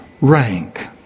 rank